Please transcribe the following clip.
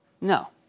No